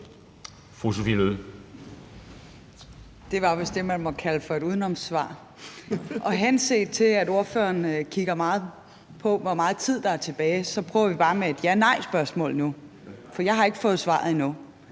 Det var vist det, man må kalde for et udenomssvar. Henset til, at ordføreren kigger meget på, hvor meget tid der er tilbage, prøver jeg bare med et ja/nej-spørgsmål, for jeg har ikke fået svar endnu: